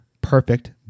perfect